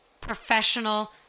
professional